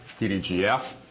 PDGF